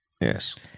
Yes